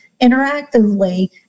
interactively